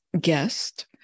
Guest